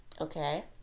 Okay